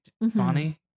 Bonnie